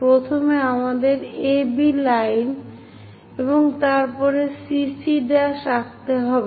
প্রথমে আমাদের AB line এবং তারপর CC' আঁকতে হবে